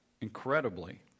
incredibly